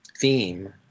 theme